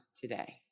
today